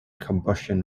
combustion